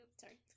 Sorry